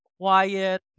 quiet